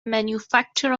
manufacture